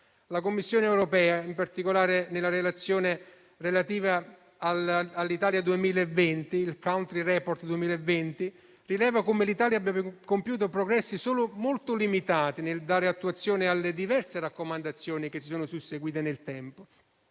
La Commissione europea, in particolare nella relazione relativa all'Italia 2020 (Country report 2020), rileva come l'Italia abbia compiuto progressi solo molto limitati nel dare attuazione alle diverse raccomandazioni che si sono susseguite nel tempo.